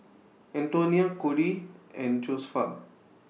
Antonia Kody and Josefa